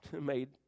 made